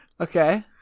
Okay